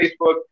Facebook